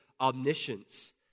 omniscience